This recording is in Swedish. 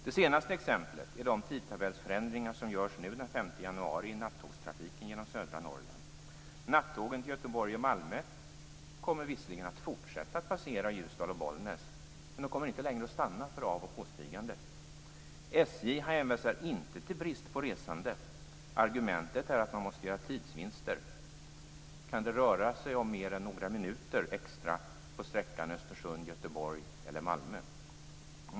Det senaste exemplet är de tidtabellsförändringar som görs nu den 5 januari i nattågstrafiken genom södra Norrland. Nattågen till Göteborg och Malmö kommer visserligen att fortsätta att passera Ljusdal och Bollnäs, men de kommer inte längre att stanna för av och påstigande. SJ hänvisar inte till brist på resande. Argumentet är att man måste göra tidsvinster - kan det röra sig om mer än några minuter extra på sträckan Östersund-Göteborg eller Östersund Malmö?